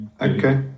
Okay